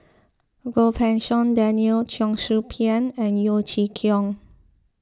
Goh Pei Siong Daniel Cheong Soo Pieng and Yeo Chee Kiong